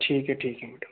ठीक है ठीक है मैडम